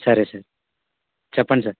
సరే సార్ చెప్పండి సార్